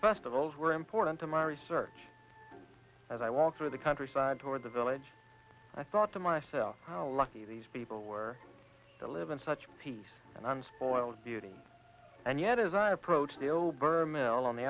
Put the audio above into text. festivals were important to my research as i walk through the countryside toward the village i thought to myself how lucky these people were to live in such peace and unspoiled beauty and yet as i approached the o'byrne mill on the